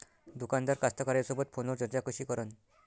दुकानदार कास्तकाराइसोबत फोनवर चर्चा कशी करन?